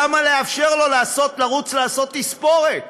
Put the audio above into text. למה לאפשר לו לרוץ לעשות תספורת?